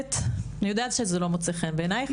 אני יודעת שזה לא מוצא חן בעינייך,